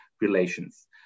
relations